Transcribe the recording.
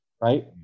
right